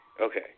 Okay